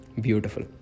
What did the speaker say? beautiful